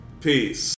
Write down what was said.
Peace